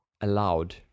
allowed